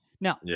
Now